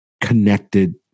connected